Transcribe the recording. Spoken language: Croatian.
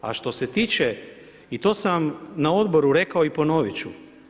A što se tiče i to sam vam na odboru rekao i ponovit ću.